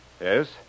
Yes